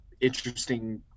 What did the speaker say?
interesting